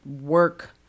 work